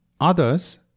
Others